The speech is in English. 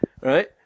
Right